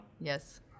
Yes